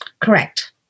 Correct